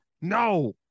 No